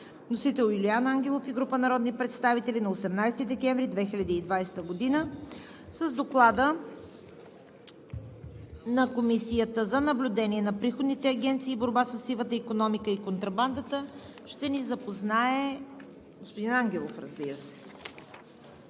от Юлиан Ангелов и група народни представители на 18 декември 2020 г. С Доклада на Комисията за наблюдение на приходните агенции и борба със сивата икономика и контрабандата ще ни запознае господин Ангелов.